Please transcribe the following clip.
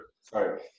sorry